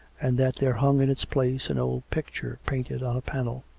and that there hung in its place an old picture painted on a panel.